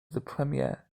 premier